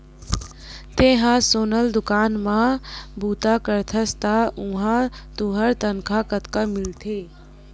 तेंहा सोनार दुकान म बूता करथस त उहां तुंहर तनखा कतका मिलथे?